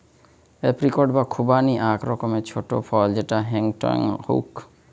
apricot বা খুবানি আক রকমের ছোট ফল যেটা হেংটেং হউক